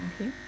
okay